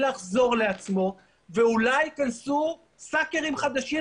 לחזור לעצמו ואולי ייכנסו סאקרים חדשים,